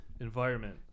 Environment